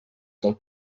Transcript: del